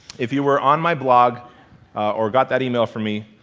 if you were on my blog or got that email from me,